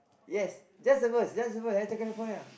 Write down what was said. yes just a verse just a verse Hotel California